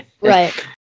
right